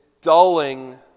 dulling